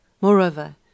Moreover